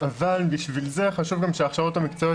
אבל בשביל זה חשוב גם שההכשרות המקצועיות